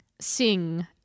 sing